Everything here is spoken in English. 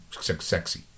sexy